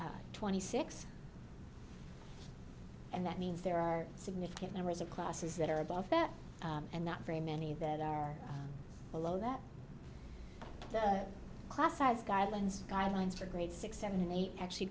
t twenty six and that means there are significant numbers of classes that are above that and not very many that are below that class size guidelines guidelines for grade six seven eight actually